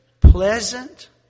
pleasant